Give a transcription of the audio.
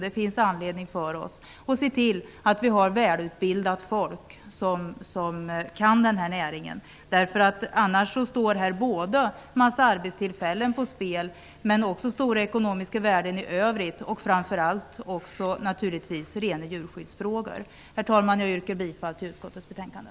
Det finns anledning att se till att det finns välutbildade människor som kan den här näringen. Annars står en massa arbetstillfällen och stora ekonomiska värden i övrigt på spel. Det handlar naturligtvis också om rena djurskyddsfrågor. Herr talman! Jag yrkar bifall till hemställan i utskottets betänkande.